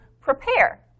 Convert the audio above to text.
prepare